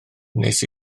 wnes